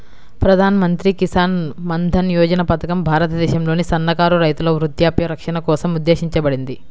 ప్రధాన్ మంత్రి కిసాన్ మన్ధన్ యోజన పథకం భారతదేశంలోని సన్నకారు రైతుల వృద్ధాప్య రక్షణ కోసం ఉద్దేశించబడింది